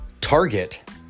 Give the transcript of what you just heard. target